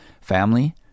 family